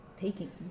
taking